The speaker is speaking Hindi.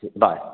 ठीक बाय